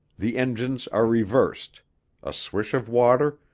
the engines are reversed a swish of water,